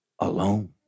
alone